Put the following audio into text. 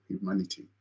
humanity